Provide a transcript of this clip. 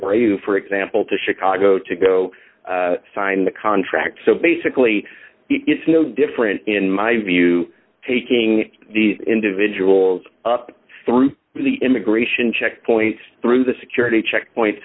brave for example to chicago to go sign the contract so basically it's no different in my view taking these individuals through the immigration checkpoints through the security checkpoints